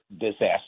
disaster